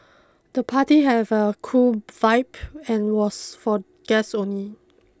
the party have a cool vibe and was for guests only